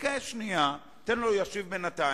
חכה שנייה, תן לו, הוא ישיב בינתיים.